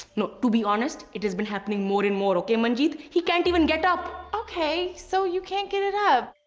no, to be honest it has been happening more and more, okay manjeet? he can't even get up. okay. so you can't get it up.